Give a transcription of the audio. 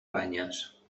banyes